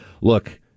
Look